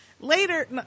Later